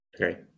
Okay